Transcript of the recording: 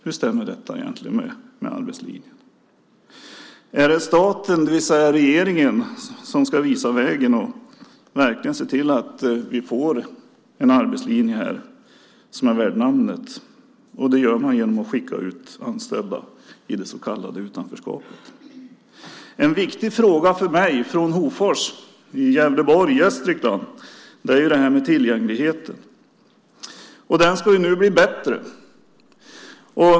Hur stämmer detta egentligen med arbetslinjen? Det är staten, det vill säga regeringen, som ska visa vägen och verkligen se till att vi får en arbetslinje här som är värd namnet, och det gör man genom att skicka ut anställda i det så kallade utanförskapet. En viktig fråga för mig som kommer från Hofors i Gävleborg och Gästrikland är detta med tillgängligheten. Den ska nu bli bättre.